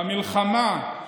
במלחמה,